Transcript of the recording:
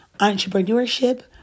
Entrepreneurship